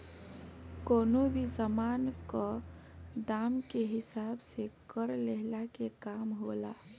कवनो भी सामान कअ दाम के हिसाब से कर लेहला के काम होला